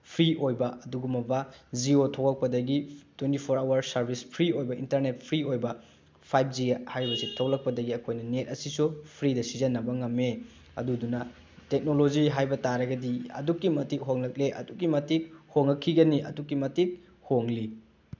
free ꯑꯣꯏꯕ ꯑꯗꯨꯒꯨꯝꯂꯕ ꯖꯤꯑꯣ ꯊꯣꯛꯂꯛꯄꯗꯒꯤ twenty four hour service free ꯑꯣꯏꯕ ꯏꯟꯇꯔꯅꯦꯠ ꯐ꯭ꯔꯤ ꯑꯣꯏꯕ ꯐꯥꯏꯚ ꯖꯤ ꯍꯥꯏꯕꯁꯤ ꯊꯣꯛꯂꯛꯄꯗꯒꯤ ꯑꯩꯈꯣꯏꯅ ꯅꯦꯠ ꯑꯁꯤꯁꯨ ꯐ꯭ꯔꯤꯗ ꯁꯤꯖꯤꯟꯅꯕ ꯉꯝꯃꯦ ꯑꯗꯨꯗꯨꯅ ꯇꯦꯛꯅꯣꯂꯣꯖꯤ ꯍꯥꯏꯕ ꯇꯥꯔꯒꯗꯤ ꯑꯗꯨꯛꯀꯤ ꯃꯇꯤꯛ ꯍꯣꯡꯂꯛꯂꯦ ꯑꯗꯨꯛꯀꯤ ꯃꯇꯤꯛ ꯍꯣꯡꯉꯛꯈꯤꯒꯅꯤ ꯑꯗꯨꯛꯀꯤ ꯃꯇꯤꯛ ꯍꯣꯡꯂꯤ